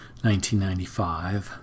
1995